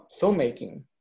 filmmaking